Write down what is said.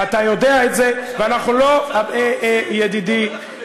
אתה יודע את זה, ואנחנו לא, אמרת שהצלתם ערוצים.